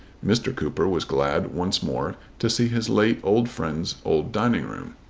mr. cooper was glad once more to see his late old friend's old dining-room.